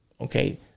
Okay